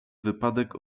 wypadek